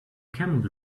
camel